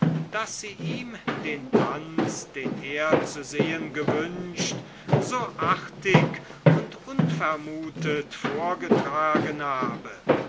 daß sie ihm den tanz den er zu sehen gewünscht so artig und unvermutet vorgetragen habe